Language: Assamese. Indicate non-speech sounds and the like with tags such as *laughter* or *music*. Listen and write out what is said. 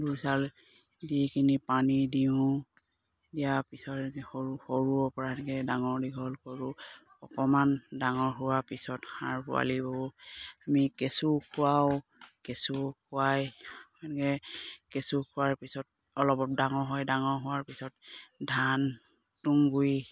খুন্দো চাউল দি কিনি পানী দিওঁ দিয়াৰ পিছত সৰু সৰুৰ *unintelligible* ডাঙৰ দীঘল কৰোঁ অকমান ডাঙৰ হোৱাৰ পিছত হাঁহ পোৱালিবোৰ আমি কেঁচু খুৱাওঁ কেঁচু খুৱাই এনেকে কেঁচু খোৱাৰ পিছত অলপ ডাঙৰ হয় ডাঙৰ হোৱাৰ পিছত ধান তুঁহগুড়ি